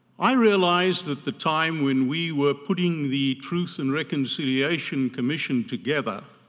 i realized at the time when we were putting the truth and reconciliation commission together